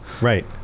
right